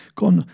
con